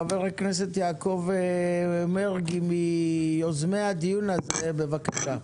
חבר הכנסת יעקב מרגי מיוזמי הדיון הזה, בבקשה.